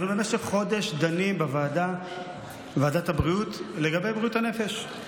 אנחנו במשך חודש דנים בוועדת הבריאות לגבי בריאות הנפש.